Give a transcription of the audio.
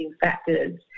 factors